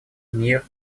мир